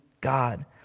God